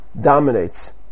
dominates